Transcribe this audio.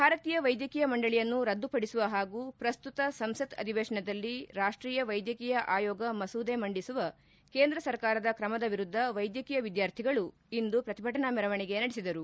ಭಾರತೀಯ ವೈದ್ಯಕೀಯ ಮಂಡಳಿಯನ್ನು ರದ್ದುಪಡಿಸುವ ಹಾಗೂ ಪ್ರಸ್ತುತ ಸಂಸತ್ ಅಧಿವೇಶನದಲ್ಲಿ ರಾಷ್ಷೀಯ ವೈದ್ಯಕೀಯ ಆಯೋಗ ಮಸೂದೆ ಮಂಡಿಸುವ ಕೇಂದ್ರ ಸರ್ಕಾರದ ಕ್ರಮದ ವಿರುದ್ದ ವೈದ್ಯಕೀಯ ವಿದ್ಯಾರ್ಥಿಗಳು ಇಂದು ಪ್ರತಿಭಟನಾ ಮೆರವಣಿಗೆ ನಡೆಸಿದರು